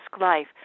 life